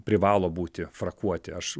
privalo būti frakuoti aš